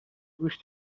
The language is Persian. گوش